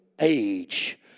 age